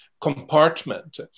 compartment